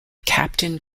captain